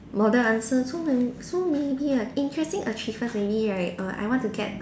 model answer so man~ so many ah interesting achievement maybe right err I want to get